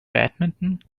badminton